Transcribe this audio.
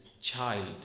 child